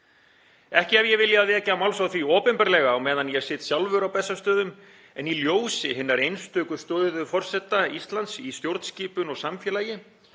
Ekki hef ég viljað vekja máls á því opinberlega á meðan ég sit sjálfur á Bessastöðum en í ljósi hinnar einstöku stöðu forseta Íslands í stjórnskipun og samfélagi